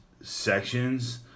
sections